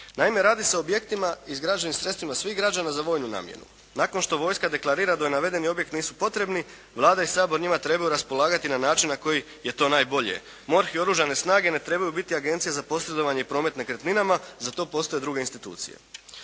Naime, radi se o objektima …/Govornik se ne razumije./… sredstvima svih građana za vojnu namjenu. Nakon što vojska deklarira da navedeni objekti nisu potrebni Vlada i Sabor njima trebaju raspolagati na način koji je to najbolje. MORH i oružane snage ne trebaju biti agencija za posredovanje promet nekretninama. Za to postoje druge institucije.